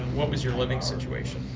what was your living situation?